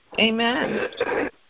Amen